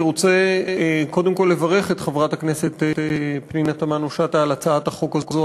אני רוצה קודם כול לברך את חברת הכנסת פנינה תמנו-שטה על הצעת החוק הזו,